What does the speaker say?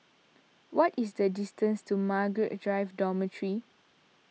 what is the distance to Margaret Drive Dormitory